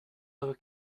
other